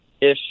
ish